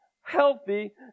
healthy